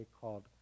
called